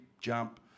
jump